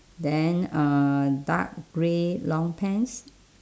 then uh dark grey long pants